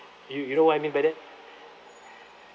you you know what I mean by that